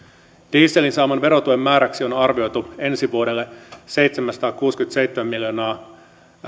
dieselin saaman verotuen määräksi on on arvioitu ensi vuodelle seitsemänsataakuusikymmentäseitsemän miljoonaa